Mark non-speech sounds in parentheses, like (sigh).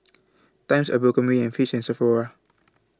Times Abercrombie and Fitch and Sephora (noise)